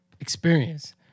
experience